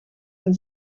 denn